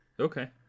Okay